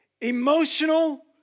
emotional